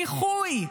באיחוי,